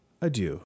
adieu